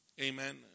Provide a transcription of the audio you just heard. Amen